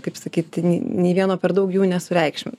kaip sakyti ni nė vieno per daug jų nesureikšminu